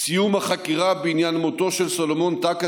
סיום החקירה בעניין מותו של סלומון טקה,